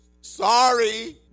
sorry